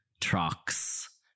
trucks